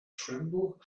tremble